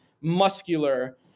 muscular